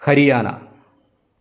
Haryana